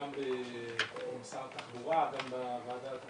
גם עם שר התחבורה וגם עם ועדת הכלכלה,